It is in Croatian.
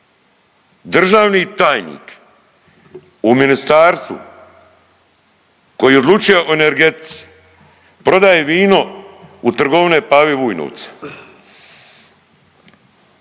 državni tajnik u ministarstvu koje odlučuje o energetici prodaje vino u trgovine Pavi Vujnovca.